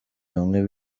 bamwe